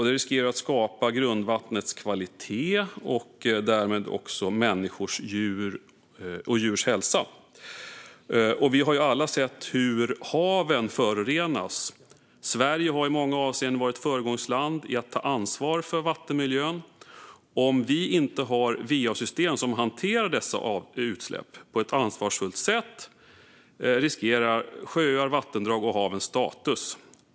Det riskerar att skada grundvattnets kvalitet och därmed också människors och djurs hälsa. Vi har alla sett hur haven förorenas. Sverige har i många avseenden varit ett föregångsland i att ta ansvar för vattenmiljön. Om vi inte har va-system som hanterar dessa utsläpp på ett ansvarsfullt sätt riskeras sjöar, vattendrag och havens status.